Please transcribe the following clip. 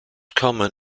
common